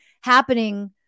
happening